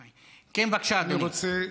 בבקשה, אדוני.